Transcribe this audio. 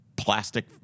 Plastic